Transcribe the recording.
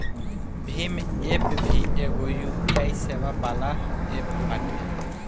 Bhim app भी एगो UPI सेवा वाला एप्प बाटे